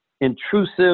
intrusive